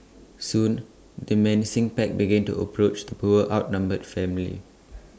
soon the menacing pack began to approach the poor outnumbered family